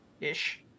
ish